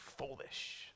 foolish